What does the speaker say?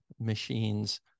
machines